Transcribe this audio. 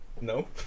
no